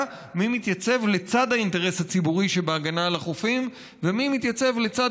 מי מתייצב לצד האינטרס הציבורי שבהגנה על החופים ומי מתייצב לצד